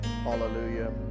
Hallelujah